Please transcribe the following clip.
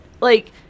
like-